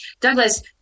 Douglas